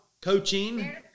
coaching